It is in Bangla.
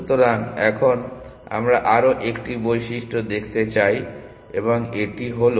সুতরাং এখন আমরা আরও 1টি বৈশিষ্ট্য দেখতে চাই এবং এটি হল